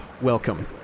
Welcome